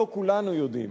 לא כולנו יודעים.